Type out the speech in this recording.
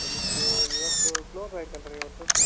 ಕ್ಲಿನಿಕ್ಕೂ ಇವತ್ತು ಕ್ಲೋಸ್ ಆಯ್ತಲ್ಲ ರೀ ಇವತ್ತು